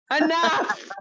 enough